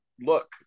look